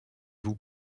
vous